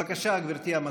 בבקשה, גברתי המזכירה.